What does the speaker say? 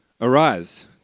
Arise